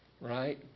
right